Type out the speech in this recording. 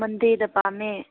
ꯃꯟꯗꯦꯗ ꯄꯥꯝꯃꯦ